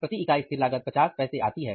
प्रति इकाई स्थिर लागत 50पैसे आती है